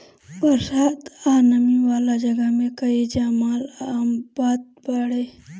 बरसात आ नमी वाला जगह में काई जामल आम बात बाटे